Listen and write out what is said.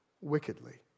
wickedly